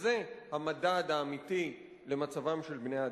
שזה המדד האמיתי למצבם של בני-אדם,